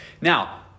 Now